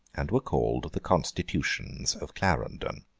and were called the constitutions of clarendon.